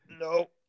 No